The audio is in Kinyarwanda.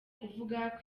kuvuga